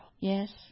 yes